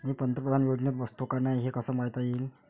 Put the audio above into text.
मी पंतप्रधान योजनेत बसतो का नाय, हे कस पायता येईन?